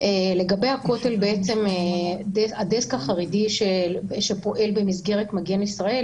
לגבי הכותל הדסק החרדי שפועל במסגרת 'מגן ישראל'